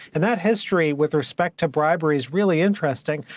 and that history with respect to bribery is really interesting.